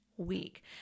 week